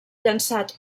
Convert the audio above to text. llançat